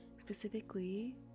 specifically